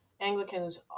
Anglicans